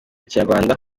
kinyarwanda